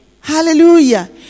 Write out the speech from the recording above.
Hallelujah